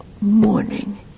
morning